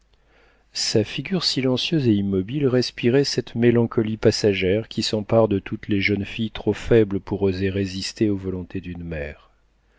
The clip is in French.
sa figure silencieuse et immobile respirait cette mélancolie passagère qui s'empare de toutes les jeunes filles trop faibles pour oser résister aux volontés d'une mère